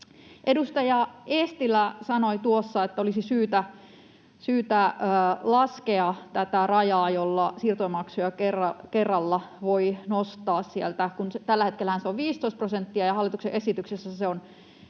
Edustaja Eestilä sanoi, että olisi syytä laskea tätä rajaa, jolla siirtomaksuja kerralla voi nostaa — tällä hetkellähän se on 15 prosenttia ja hallituksen esityksessä se on